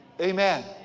Amen